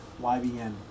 YBN